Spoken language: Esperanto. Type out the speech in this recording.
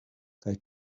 kaj